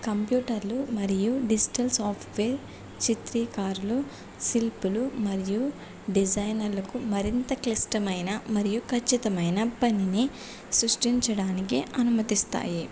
కంప్యూటర్లు మరియు digital software చిత్రీకారులు శిల్పులు మరియు డిజైనర్లకు మరింత క్లిష్టమైన మరియు ఖచ్చితమైన పనిని సృష్టించడానికి అనుమతిస్తాయి